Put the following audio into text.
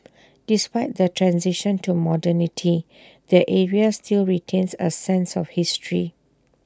despite the transition to modernity the area still retains A sense of history